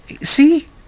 See